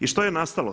I što je nastalo?